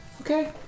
Okay